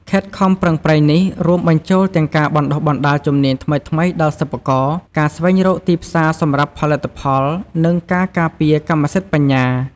ខិតខំប្រឹងប្រែងនេះរួមបញ្ចូលទាំងការបណ្ដុះបណ្ដាលជំនាញថ្មីៗដល់សិប្បករ ការស្វែងរកទីផ្សារសម្រាប់ផលិតផល និងការការពារកម្មសិទ្ធិបញ្ញា។